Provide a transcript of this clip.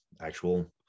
actual